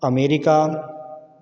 America